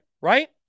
right